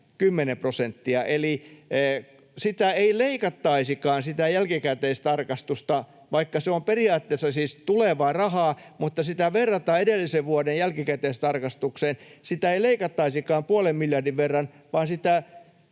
prosenttia. Eli vaikka se jälkikäteistarkistus on periaatteessa siis tulevaa rahaa, mutta kun sitä verrataan edellisen vuoden jälkikäteistarkistukseen, niin sitä ei leikattaisikaan puolen miljardin verran, vaan sitä